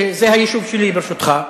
שזה היישוב שלי, ברשותך.